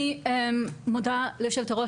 אני מודה ליו"ר,